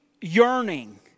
yearning